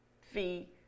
fee